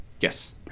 Yes